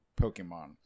Pokemon